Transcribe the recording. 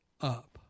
up